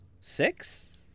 Six